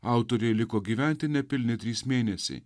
autorei liko gyventi nepilni trys mėnesiai